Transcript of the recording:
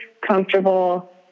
comfortable